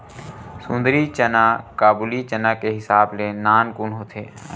सुंदरी चना काबुली चना के हिसाब ले नानकुन होथे